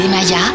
Maya